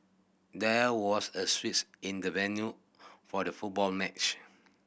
there was a switch in the venue for the football match